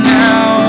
now